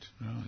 Right